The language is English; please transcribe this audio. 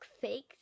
fake